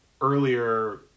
earlier